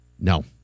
No